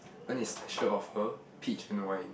mine is special of her peach and wine